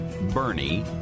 Bernie